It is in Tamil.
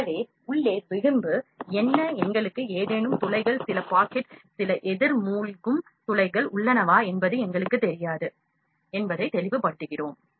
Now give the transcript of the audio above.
எனவே உள்ளே விளிம்பு என்ன எங்களுக்கு ஏதேனும் துளைகள் சில பாக்கெட் சில எதிர் மூழ்கும் துளைகள் உள்ளனவா என்பது எங்களுக்குத் தெரியாது என்பதைக் தெளிவுபடுத்துகிறோம்